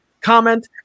comment